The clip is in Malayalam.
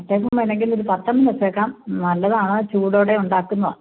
വട്ടയപ്പം വേണമെങ്കിൽ ഒരു പത്തെണ്ണം വച്ചേക്കാം നല്ലതാണ് ചൂടോടെ ഉണ്ടാക്കുന്നാ